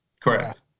Correct